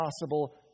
possible